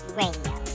radio